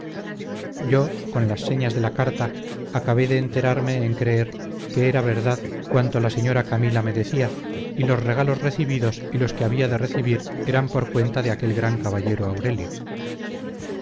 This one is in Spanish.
yo con las señas de la carta acabé de enterarme en creer que era verdad cuanto la señora camila me decía y los regalos recibidos y los que había de recibir eran por cuenta de aquel gran caballero aurelio